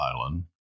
island